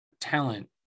talent